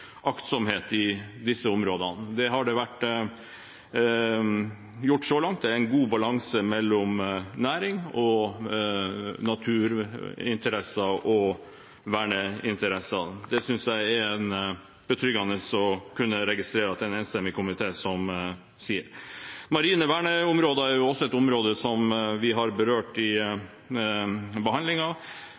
aktsomhet i disse områdene. Det har det vært gjort så langt – det er en god balanse mellom næring, naturinteresser og verneinteresser. Det synes jeg det er betryggende å kunne registrere at det er en enstemmig komité som sier. Marine verneområder er også et område som vi har berørt i